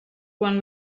quan